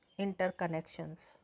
interconnections